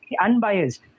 unbiased